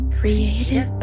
Creative